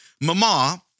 mama